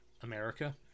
America